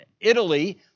Italy